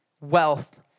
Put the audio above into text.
wealth